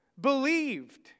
believed